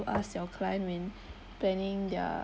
ask your client when planning their